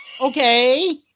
Okay